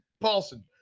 paulson